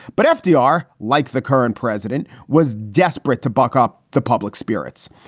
but fdr, like the current president, was desperate to buck up the public spirits.